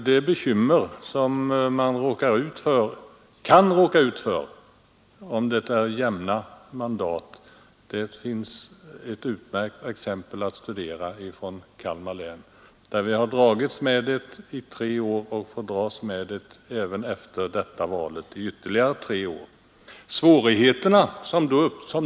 De bekymmer som man kan råka ut för om det är jämnt antal mandat finns det ett utmärkt exempel på i Kalmar län, där vi har dragits med svårigheterna i tre år och får dras med dem i ytterligare tre år efter det senaste valet.